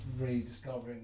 rediscovering